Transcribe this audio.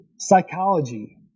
psychology